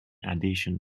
addition